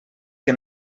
que